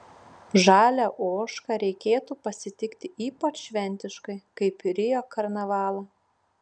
žalią ožką reikėtų pasitikti ypač šventiškai kaip rio karnavalą